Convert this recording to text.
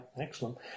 excellent